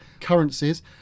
currencies